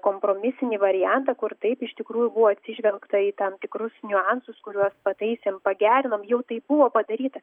kompromisinį variantą kur taip iš tikrųjų buvo atsižvelgta į tam tikrus niuansus kuriuos pataisėm pagerinom jau tai buvo padaryta